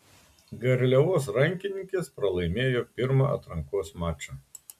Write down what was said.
garliavos rankininkės pralaimėjo pirmą atrankos mačą